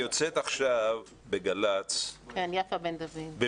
בגל"צ אומרים עכשיו,